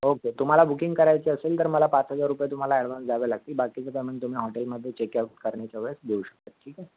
okay तुम्हाला booking करायची असेल तर मला पाच हजार रुपये तुम्हाला ॲडव्हान्स द्यावे लागतील बाकीचं पेमेंट तुम्ही हॉटेलमध्ये चेक आऊट करण्याच्या वेळेस देऊ शकता ठीक आहे